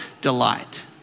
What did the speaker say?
delight